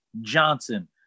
Johnson